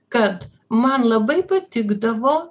kad man labai patikdavo